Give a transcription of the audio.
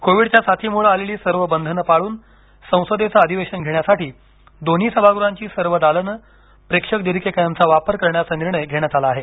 कोविडच्या साथीमुळे आलेली सर्व बंधनं पाळून संसदेचं अधिवेशन घेण्यासाठी दोन्ही सभागृहांची सर्व दालनं प्रेक्षक दीर्घिकांचा वापर करण्याचा निर्णय घेण्यात आला आहे